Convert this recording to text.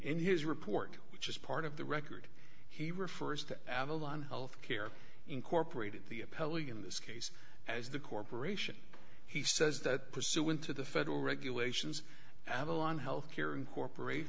in his report which is part of the record he refers to avalon health care incorporated the appellee in this case as the corporation he says that pursuant to the federal regulations avalon health care incorporate